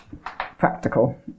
practical